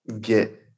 get